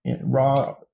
raw